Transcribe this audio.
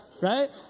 right